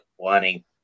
planning